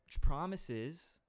promises—